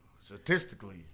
Statistically